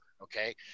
okay